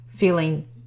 feeling